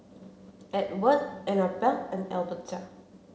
Ewart Annabell and Alberta